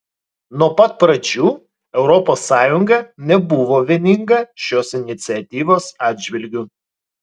nuo pat pradžių europos sąjunga nebuvo vieninga šios iniciatyvos atžvilgiu